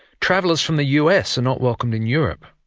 travellers from the us are not welcome in europe.